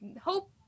hope